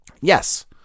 Yes